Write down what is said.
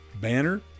banner